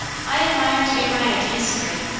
i admire to get my idees straight.